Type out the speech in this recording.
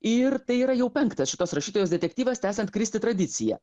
ir tai yra jau penktas šitos rašytojos detektyvas tęsiant kristi tradiciją